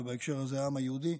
ובהקשר הזה העם היהודי,